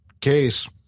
case